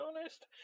honest